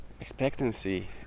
expectancy